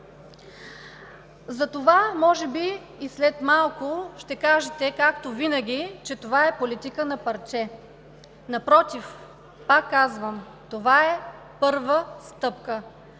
Затова може би след малко ще кажете, както винаги, че това е политика на парче. Напротив, пак казвам: това е първа стъпка,